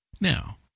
Now